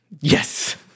Yes